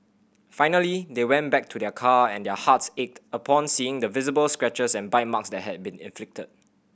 finally they went back to their car and their hearts ached upon seeing the visible scratches and bite marks that had been inflicted